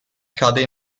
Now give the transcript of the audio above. cade